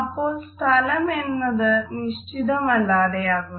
അപ്പോൾ സ്ഥലം എന്നത് നിശ്ചിതമല്ലാതെയാകുന്നു